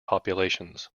populations